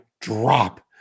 drop